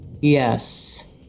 Yes